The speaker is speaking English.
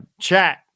chat